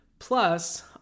plus